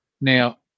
Now